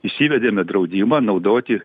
įsivedėme draudimą naudoti